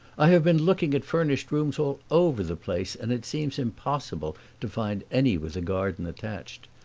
i have been looking at furnished rooms all over the place, and it seems impossible to find any with a garden attached.